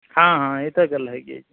ਹਾਂ ਹਾਂ ਇਹ ਤਾਂ ਗੱਲ ਹੈਗੀ ਹੈ ਜੀ